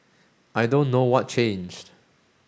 I don't know what changed